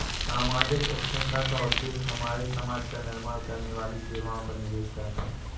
सामाजिक स्थिरता का उद्देश्य हमारे समाज का निर्माण करने वाली सेवाओं का निवेश करना है